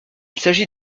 s’agit